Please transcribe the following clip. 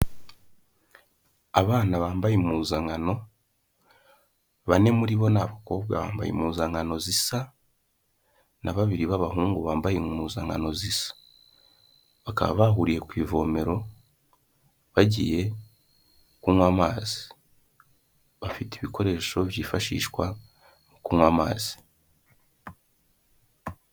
Abana bambaye impuzankano, bane muri bo ni abakobwa bambaye impuzankano zisa na babiri b'abahungu bambaye impuzankano zisa. Bakaba bahuriye ku ivomero bagiye kunywa amazi. Bafite ibikoresho byifashishwa mu kunywa amazi.